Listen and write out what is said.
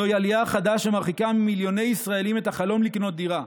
זוהי עלייה חדה שמרחיקה ממיליוני ישראלים את החלום לקנות דירה.